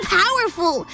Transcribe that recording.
powerful